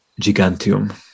Gigantium